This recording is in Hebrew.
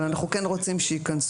אבל אנחנו כן רוצים שייכנסו,